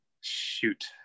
shoot